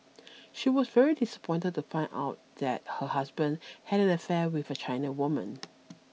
she was very disappointed to find out that her husband had an affair with a China woman